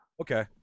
Okay